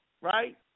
right